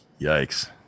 Yikes